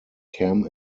cam